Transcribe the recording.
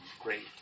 great